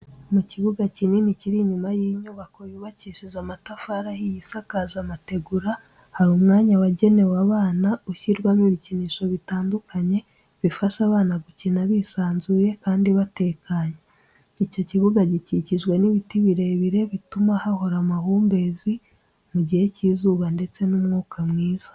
Mu kibuga kinini kiri inyuma y'inyubako yubakishije amatafari ahiye isakaje amategura, hari umwanya wagenewe abana ushyirwamo ibikinisho bitandukanye bifasha abana gukina bisanzuye kandi batekanye, icyo kibuga gikikijwe n'ibiti birebire bituma hahora amahumbezi mu gihe cy'izuba ndetse n'umwuka mwiza.